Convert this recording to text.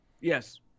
Yes